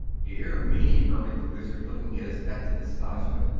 dear me! murmured the wizard, looking at his pets in astonishment.